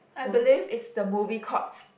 I believe is the movie called